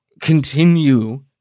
Continue